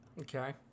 Okay